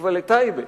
פתח-תקווה לטייבה.